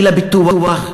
של הפיתוח,